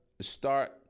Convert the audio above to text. start